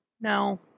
no